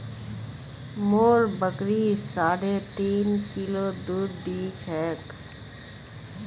मोर बकरी साढ़े तीन किलो दूध दी छेक